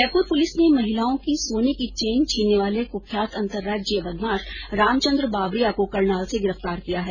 Jaipur police ने महिलाओं की सोने की चेन छीनने वाले कुख्यात अंतर्राज्यीय बदमाश रामचंद्र बावरिया को करनाल से गिरफ्तार किया है